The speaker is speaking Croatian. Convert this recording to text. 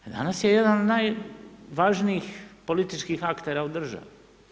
A danas je jedan od najvažnijih političkih aktera u državi.